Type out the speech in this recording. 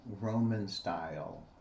Roman-style